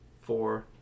four